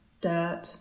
dirt